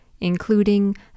including